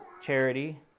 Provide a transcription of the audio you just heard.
charity